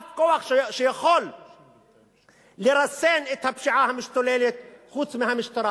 אף כוח שיכול לרסן את הפשיעה המשתוללת חוץ מהמשטרה.